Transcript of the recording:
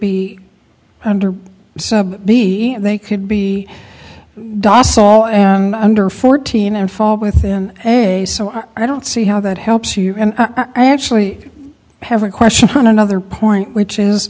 be under b they could be docile and under fourteen and fall within a day so i don't see how that helps you and i actually have a question on another point which is